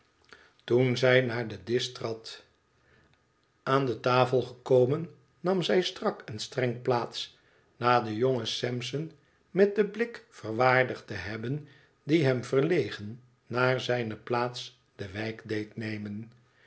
toen zij naar den disch trad aan de tafel gekomen nam zij strak en streng plaats na den jongen sampson met den blik verwaardigd te hebben die hem verlegen naar zijne plaats de wijk deed nemen